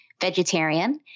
vegetarian